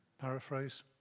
paraphrase